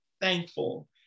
thankful